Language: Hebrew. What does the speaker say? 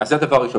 אז זה הדבר הראשון.